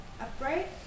upright